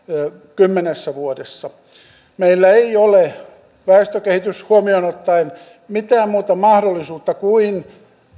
kymmenessä vuodessa meillä ei ole väestökehitys huomioon ottaen mitään muuta mahdollisuutta kuin